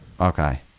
Okay